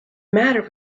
matter